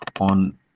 on